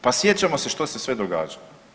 Pa sjećamo se što se sve događalo.